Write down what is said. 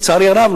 לצערי הרב,